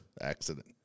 Accident